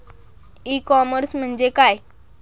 E commerce म्हणजे काय?